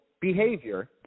behavior